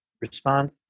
respond